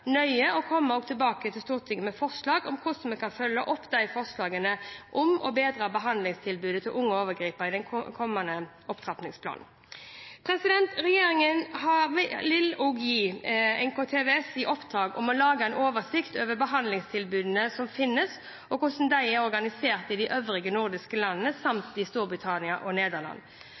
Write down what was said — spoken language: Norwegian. nøye og komme tilbake til Stortinget med forslag til hvordan vi kan følge opp forslagene om å bedre behandlingstilbudet til unge overgripere, i den kommende opptrappingsplanen. Regjeringen vil også gi NKVTS i oppdrag å lage en oversikt over behandlingstilbudene som finnes, og hvordan de er organisert i de øvrige nordiske landene samt Storbritannia og Nederland.